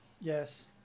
Yes